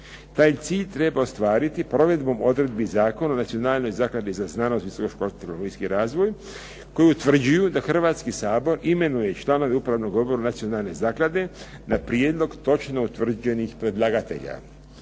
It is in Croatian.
Taj cilj treba ostvariti provedbom odredbi Zakona o Nacionalnoj zakladi za znanost, visoko školstvo i tehnologijski razvoj koji utvrđuju da Hrvatski sabor imenuje članove Upravnog odbora nacionalne zaklade na prijedlog točno utvrđenih predlagatelja.